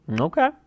Okay